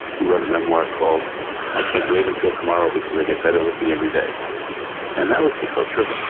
he wrote a memoir called i can't wait until tomorrow, because i get better looking every day and that was the culture of,